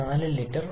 4 litre 1